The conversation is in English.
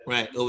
Right